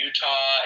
Utah